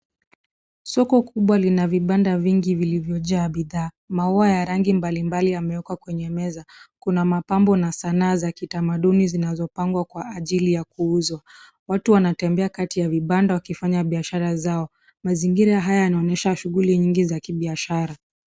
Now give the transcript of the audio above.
Soko kubwa lina vibanda vingi vilivyojaa bidhaa. Maua ya rangi mbalimbali yamewekwa kwenye meza. Kuna mapambo na sanaa za kitamaduni zinazopangwa kwa ajili ya kuuzwa. Watu wanatembea kati ya vibanda wakifanya biashara zao. Mazingira haya yanaonyesha shughuli nyingi za kibiashara.